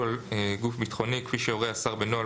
על גוף ביטחוני כפי שיורה השר בנוהל,